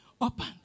Open